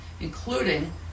including